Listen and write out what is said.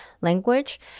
language